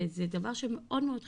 וזה דבר שמאוד מאוד חשוב.